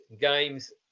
games